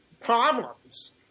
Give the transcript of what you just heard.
problems